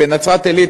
בנצרת-עילית,